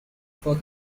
for